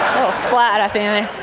splat at the end